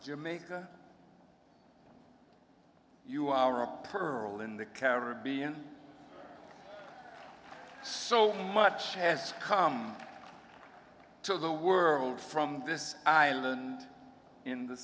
jamaica you are a pearl in the caribbean so much has come to the world from this island in the